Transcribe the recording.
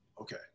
Okay